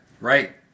Right